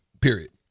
period